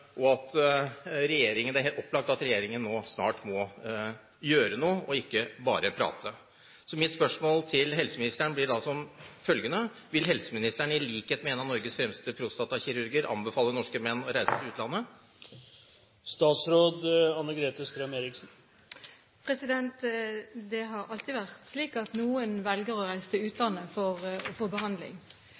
Det er helt opplagt at regjeringen snart må gjøre noe og ikke bare prate. Så mitt spørsmål til helseministeren blir følgende: Vil helseministeren, i likhet med en av Norges fremste prostatakirurger, anbefale norske menn å reise til utlandet? Det har alltid vært slik at noen velger å reise til utlandet for å få behandling.